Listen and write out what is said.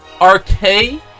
Arcade